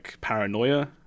paranoia